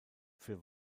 für